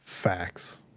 Facts